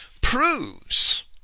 proves